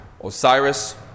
Osiris